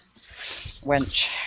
Wench